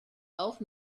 auch